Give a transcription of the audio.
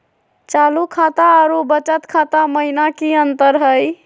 चालू खाता अरू बचत खाता महिना की अंतर हई?